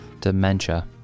dementia